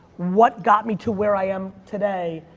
what got me to where i am today,